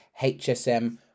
HSM